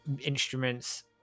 instruments